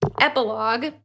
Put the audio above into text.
epilogue